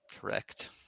Correct